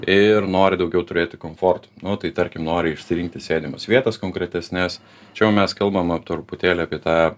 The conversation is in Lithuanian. ir nori daugiau turėti komforto nu tai tarkim nori išsirinkti sėdimas vietas konkretesnes čia jau mes kalbam truputėlį apie tą